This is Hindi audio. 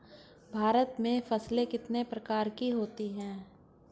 भारत में फसलें कितने प्रकार की होती हैं?